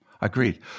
agreed